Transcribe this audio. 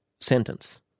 sentence